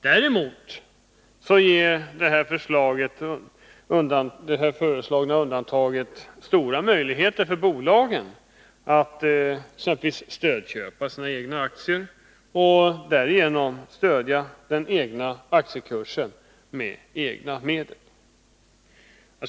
Däremot ger det här föreslagna undantagandet bolagen stora möjligheter att exempelvis stödköpa sina egna aktier och därigenom stödja aktiekursen med egna medel.